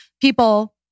people